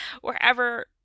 wherever